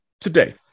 today